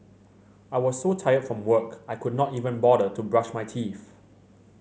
I was so tired from work I could not even bother to brush my teeth